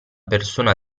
persona